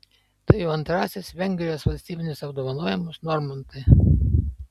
tai jau antrasis vengrijos valstybinis apdovanojimas normantui